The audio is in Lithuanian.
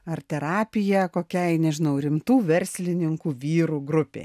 ar terapiją kokiai nežinau rimtų verslininkų vyrų grupei